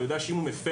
הוא יודע שאם הוא מפר,